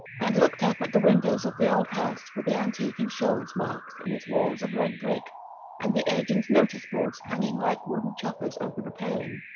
and looked up at the windows of the old house with the antique insurance marks in its walls of red brick and the agents' notice-boards hanging like wooden choppers over the paling.